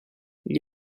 gli